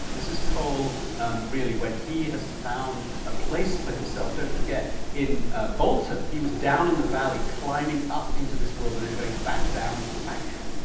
this is cole really when he has found a place for himself. don't forget, in bolton he was down in the valley climbing up into this world then going back down to the factory.